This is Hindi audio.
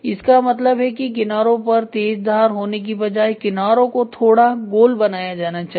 इसका मतलब है कि किनारों पर तेज धार होने की बजाए किनारों को थोड़ा गोल बनाया जाना चाहिए